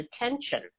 attention